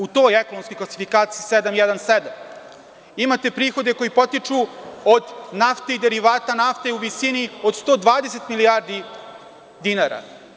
U toj ekonomskoj klasifikaciji 717. imate prihode koji potiču od naftnih derivata, nafte u visini od 120 milijardi dinara.